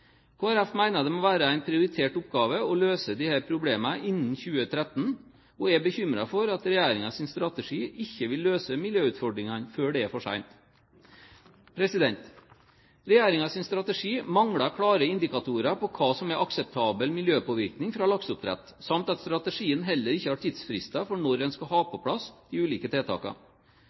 det må være en prioritert oppgave å løse disse problemene innen 2013 og er bekymret for at regjeringens strategi ikke vil løse miljøutfordringene før det er for sent. Regjeringens strategi mangler klare indikatorer på hva som er akseptabel miljøpåvirkning fra lakseoppdrett, samt at strategien heller ikke har tidsfrister for når en skal ha på plass de ulike